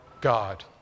God